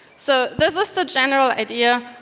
so this is the general idea.